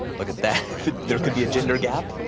look at that there could be a gender gap.